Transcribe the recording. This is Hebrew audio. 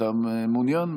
אתה מעוניין?